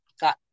got